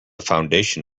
foundation